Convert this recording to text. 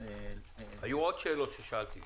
--- היו עוד שאלות ששאלתי.